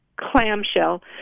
clamshell